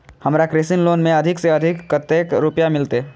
हमरा कृषि लोन में अधिक से अधिक कतेक रुपया मिलते?